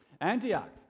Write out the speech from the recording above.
Antioch